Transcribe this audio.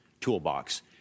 toolbox